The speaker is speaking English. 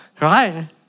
Right